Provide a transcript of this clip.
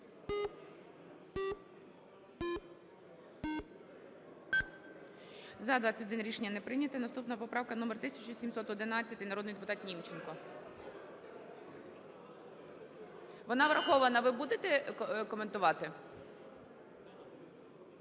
За-21 Рішення не прийнято. Наступна поправка номер 1711. Народний депутат Німченко. (Шум у залі) Вона врахована. Ви будете коментувати?